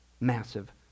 massive